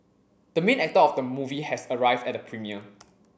the main actor of the movie has arrived at the premiere